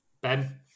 Ben